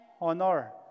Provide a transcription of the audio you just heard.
honor